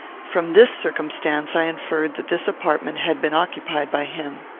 from this circumstance i inferred that this apartment had been occupied by him.